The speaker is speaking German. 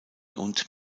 und